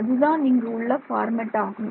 அதுதான் இங்கு உள்ள பார்மெட் ஆகும்